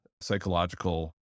psychological